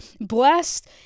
blessed